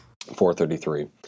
433